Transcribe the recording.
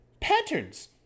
Patterns